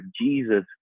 Jesus